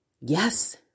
Yes